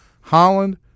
Holland